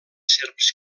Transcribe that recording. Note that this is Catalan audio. serps